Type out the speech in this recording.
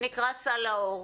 שנקרא סל לאור.